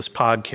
podcast